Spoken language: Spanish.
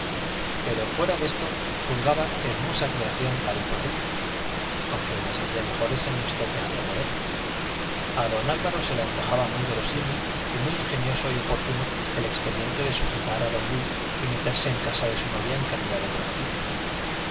pero fuera de esto juzgaba hermosa creación la de zorrilla aunque las había mejores en nuestro teatro moderno a don álvaro se le antojaba muy verosímil y muy ingenioso y oportuno el expediente de sujetar a don luis y meterse en casa de su novia en calidad de prometido